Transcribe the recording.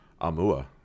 Amua